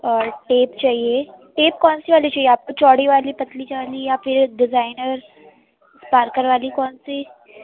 اور ٹیپ چاہیے ٹیپ کون سی والی چاہیے آپ کو چوڑی والی پتلی والی یا پھر ڈیزائنر پارکر والی کون سی